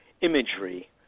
imagery